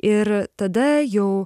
ir tada jau